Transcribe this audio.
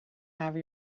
have